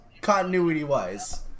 continuity-wise